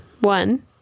One